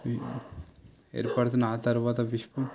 ఏర్పడుతున్న ఆ తరువాత విశ్వం